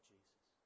Jesus